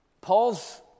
Paul's